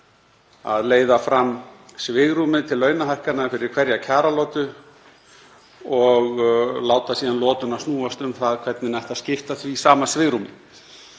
að leiða fram svigrúmið til launahækkana fyrir hverja kjaralotu og láta síðan lotuna snúast um hvernig ætti að skipta því sama svigrúmi.